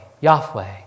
Yahweh